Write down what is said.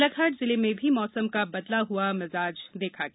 बालाघाट जिले में भी मौसम का बदला मिजाज देख गया